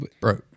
Bro